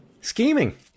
scheming